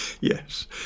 yes